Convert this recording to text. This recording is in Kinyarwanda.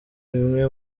bimwe